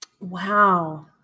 Wow